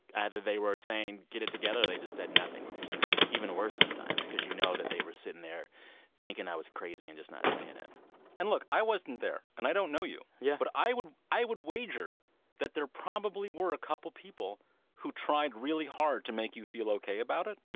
either they were saying get it together or they just said nothing, which was even worse sometimes because you know that they were sitting there thinking i was crazy and just not saying it and, look, i wasn't there, and i don't know you yeah but i would i would wager that there probably were a couple people who tried really hard to make you feel ok about it,